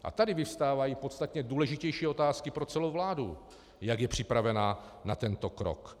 A tady vyvstávají podstatně důležitější otázky pro celou vládu, jak je připravena na tento krok.